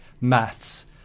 maths